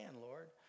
Lord